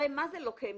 הרי מה זה לוקמיה?